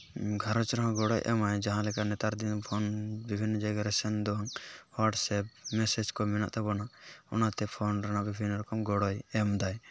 ᱜᱷᱟᱨᱚᱸᱡᱽ ᱨᱮᱦᱚᱸ ᱜᱚᱲᱚᱭ ᱮᱢᱟᱭ ᱡᱟᱦᱟᱸ ᱞᱮᱠᱟ ᱱᱮᱛᱟᱨ ᱫᱤᱱ ᱯᱷᱳᱱ ᱵᱤᱵᱷᱤᱱᱱᱚ ᱡᱟᱭᱜᱟ ᱨᱮ ᱥᱮᱱᱫᱚ ᱦᱚᱲ ᱥᱮ ᱢᱮᱥᱮᱡᱽ ᱠᱚ ᱢᱮᱱᱟᱜ ᱛᱟᱵᱚᱱᱟ ᱚᱱᱟᱛᱮ ᱯᱷᱳᱱ ᱨᱮᱱᱟᱜ ᱵᱤᱵᱷᱤᱱᱱᱚ ᱨᱚᱠᱚᱢ ᱜᱚᱲᱚᱭ ᱮᱢ ᱮᱫᱟᱭ